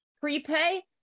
prepay